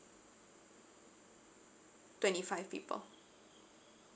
twenty five people